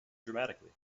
dramatically